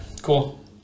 cool